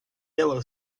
yellow